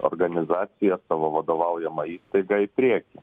organizaciją savo vadovaujamą įstaigą į priekį